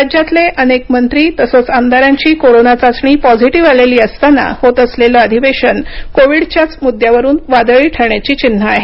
राज्यातले अनेक मंत्री तसंच आमदारांची कोरोना चाचणी पॉझिटिव्ह आलेली असताना होत असलेलं अधिवेशन कोविडच्याच मुद्द्यावरून वादळी ठरण्याची चिन्हं आहेत